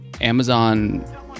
Amazon